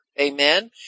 Amen